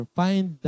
find